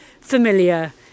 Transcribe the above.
familiar